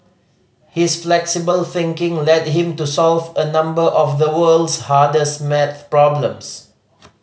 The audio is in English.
his flexible thinking led him to solve a number of the world's hardest Maths problems